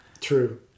true